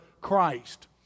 Christ